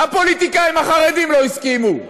הפוליטיקאים החרדים לא הסכימו.